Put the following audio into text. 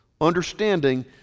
Understanding